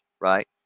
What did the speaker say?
right